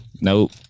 Nope